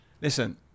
Listen